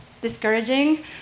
discouraging